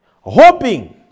hoping